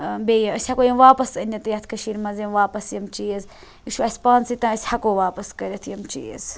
بیٚیہِ أسۍ ہیٚکو یِم واپَس أنِتھ یتھ کٔشیٖر مَنٛز یِم واپَس یِم چیٖز یہِ چھُ اَسہِ پانسٕے تانۍ أسۍ ہیٚکو واپَس کٔرِتھ یِم چیٖز